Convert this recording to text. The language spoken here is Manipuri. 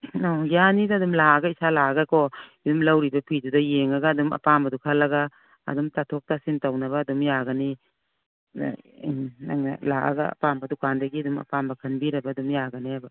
ꯑꯣ ꯌꯥꯅꯤꯗ ꯑꯗꯨꯝ ꯂꯥꯛꯑꯒ ꯏꯁꯥ ꯂꯥꯛꯑꯒꯀꯣ ꯑꯗꯨꯝ ꯂꯧꯔꯤꯕ ꯐꯤꯗꯨꯗ ꯌꯦꯡꯉꯒ ꯑꯗꯨꯝ ꯑꯄꯥꯝꯕꯗꯨ ꯈꯜꯂꯒ ꯑꯗꯨꯝ ꯇꯥꯊꯣꯛ ꯇꯥꯁꯤꯟ ꯇꯧꯅꯕ ꯑꯗꯨꯝ ꯌꯥꯒꯅꯤ ꯅꯪꯅ ꯂꯥꯛꯑꯒ ꯑꯄꯥꯝꯕ ꯗꯨꯀꯥꯟꯗꯒꯤ ꯑꯗꯨꯝ ꯑꯄꯥꯝꯕ ꯈꯟꯕꯤꯔꯕ ꯑꯗꯨꯝ ꯌꯥꯒꯅꯤꯕ